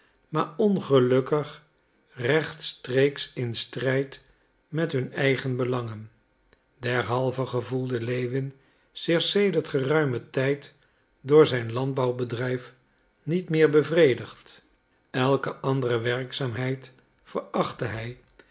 maar ongelukkig rechtstreeks in strijd met hun eigen belangen derhalve gevoelde lewin zich sedert geruimen tijd door zijn landbouwbedrijf niet meer bevredigd elke andere werkzaamheid verachtte hij